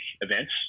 events